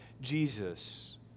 Jesus